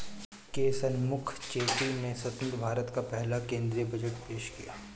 के शनमुखम चेट्टी ने स्वतंत्र भारत का पहला केंद्रीय बजट पेश किया